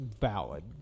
valid